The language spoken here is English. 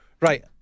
Right